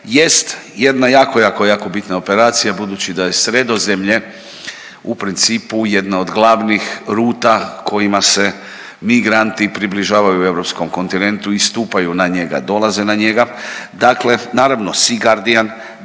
jest jedna jako, jako, jako bitna operacija budući da je Sredozemlje u principu jedna od glavnih ruta kojima se migranti približavaju europskom kontinentu i stupaju na njega, dolaze na njega, dakle naravno „SEA GUARDINA“